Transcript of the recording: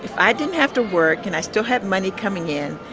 i didn't have to work, and i still had money coming in,